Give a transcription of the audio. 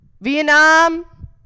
Vietnam